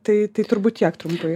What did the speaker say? tai tai turbūt tiek trumpai